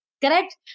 correct